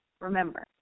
Remember